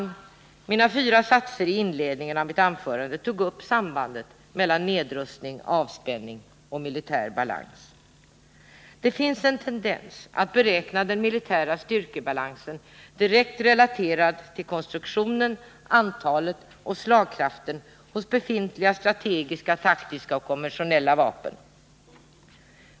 I mina fyra satser i inledningen av mitt anförande togs sambanden mellan nedrustning, avspänning och militär balans upp. Det finns en tendens att beräkna den militära styrkebalansen direkt relaterad till konstruktionen, antalet och slagkraften hos befintliga strategiska, taktiska och konventionella vapen.